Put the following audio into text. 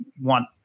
want